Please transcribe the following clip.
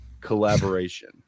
collaboration